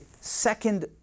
second